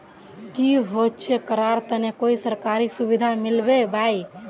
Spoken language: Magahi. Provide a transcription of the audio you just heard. की होचे करार तने कोई सरकारी सुविधा मिलबे बाई?